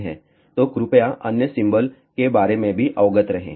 तो कृपया अन्य सिंबल के बारे में भी अवगत रहें